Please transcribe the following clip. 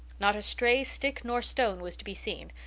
not a stray stick nor stone was to be seen,